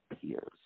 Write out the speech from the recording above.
peers